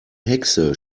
hexe